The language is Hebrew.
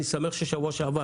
אני שמח שבשבוע שעבר